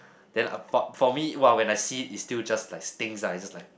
then for for me !wah! when I see it it still just like stings ah it's just like